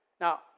Now